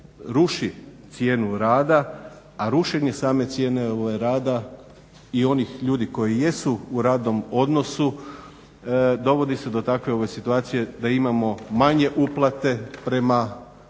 ruši cijenu rada, a rušenje same cijene rada i onih ljudi koji jesu u radnom odnosu dovodi se do takve situacije da imamo manje uplate prema fondovima,